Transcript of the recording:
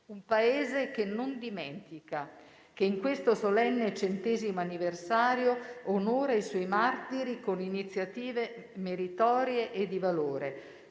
un Paese che non dimentica e che, in questo solenne centesimo anniversario, onora i suoi martiri con iniziative meritorie e di valore,